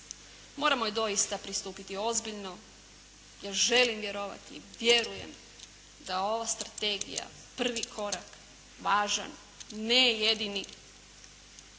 Moramo joj doista pristupiti ozbiljno. Ja želim vjerovati, vjerujem da ova strategija, prvi korak važan, ne jedini